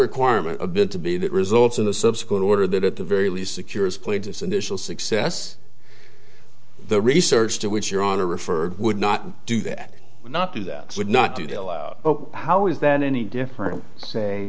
requirement a bit to be that results in the subsequent order that at the very least secures please its initial success the research to which your honor referred would not do that would not do that would not do how is that any different say